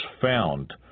found